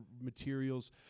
materials